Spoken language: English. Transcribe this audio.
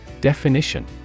Definition